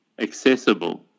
accessible